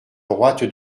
droite